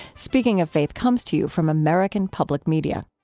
speaking of faith comes to you from american public media